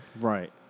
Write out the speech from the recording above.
Right